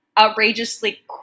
outrageously